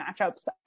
matchups